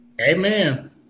Amen